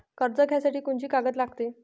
कर्ज घ्यासाठी कोनची कागद लागते?